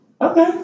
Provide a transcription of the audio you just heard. Okay